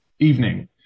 evening